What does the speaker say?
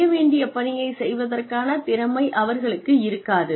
செய்ய வேண்டிய பணியை செய்வதற்கான திறமை அவர்களுக்கு இருக்காது